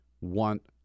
want